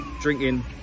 drinking